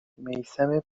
میثم